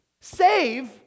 save